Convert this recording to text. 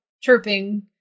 chirping